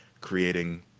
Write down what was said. creating